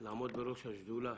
לעמוד בראש השדולה